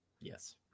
Yes